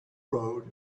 road